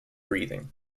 breathing